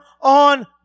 on